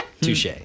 Touche